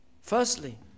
firstly